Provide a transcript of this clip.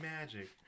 magic